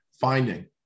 finding